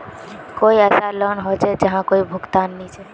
कोई ऐसा लोन होचे जहार कोई भुगतान नी छे?